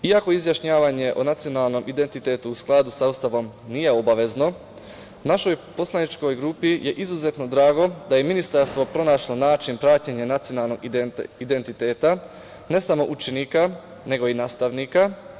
Iako izjašnjavanje o nacionalnom identitetu u skladu sa Ustavom nije obavezno, našoj poslaničkoj grupi je izuzetno drago da je ministarstvo pronašlo način praćenja nacionalnog identiteta, ne samo učenika nego i nastavnika.